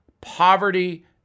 poverty